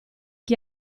chi